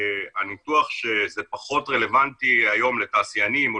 הניתוח שזה פחות רלוונטי היום לתעשיינים או